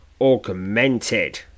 augmented